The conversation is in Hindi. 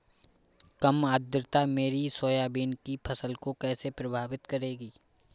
कम आर्द्रता मेरी सोयाबीन की फसल को कैसे प्रभावित करेगी?